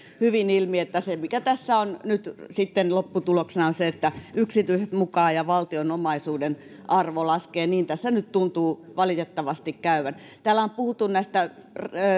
hyvin ilmi että tässä on nyt sitten lopputuloksena se että yksityiset mukaan ja valtion omaisuuden arvo laskee niin tässä nyt tuntuu valitettavasti käyvän täällä on puhuttu näistä